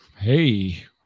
Hey